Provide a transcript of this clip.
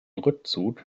rückzug